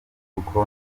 kuko